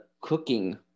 cooking